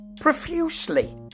profusely